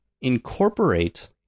incorporate